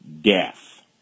death